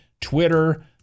Twitter